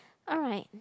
alright